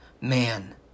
man